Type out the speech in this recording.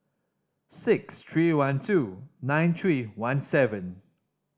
six three one two nine three one seven